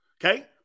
Okay